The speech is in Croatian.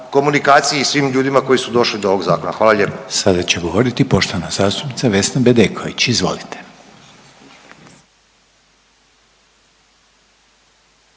komunikaciji i svim ljudima koji su došli do ovog zakona. Hvala lijepo.